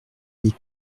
les